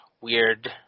weird